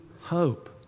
hope